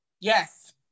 Yes